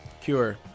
cure